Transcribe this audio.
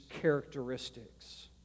characteristics